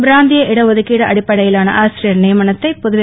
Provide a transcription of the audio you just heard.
பிராந்திய இடஒதுக்கீடு அடிப்படையிலான ஆசிரியர் நியமனத்தை புதுவை